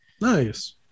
Nice